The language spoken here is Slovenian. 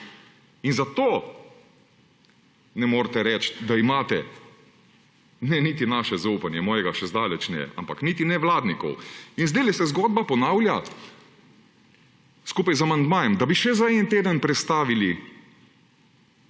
In zato ne morete reči, da imate ne niti našega zaupanja, mojega še zdaleč ne, ampak niti nevladnikov. In sedaj se zgodba ponavlja; skupaj z amandmajem, da bi še za eden teden prestavili